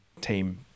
team